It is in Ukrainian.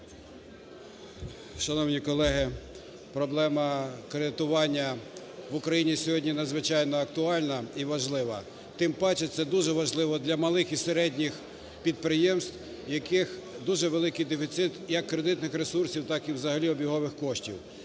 Шановні колеги, проблема кредитування в Україні сьогодні надзвичайно актуальна і важлива, тим паче це дуже важливо для малих і середніх підприємств, в яких дуже великий дефіцит як кредитних ресурсів, так і взагалі обігових коштів.